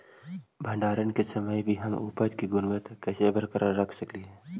भंडारण के समय भी हम उपज की गुणवत्ता कैसे बरकरार रख सकली हे?